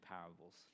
parables